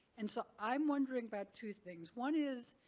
and so, i'm wondering about two things. one is,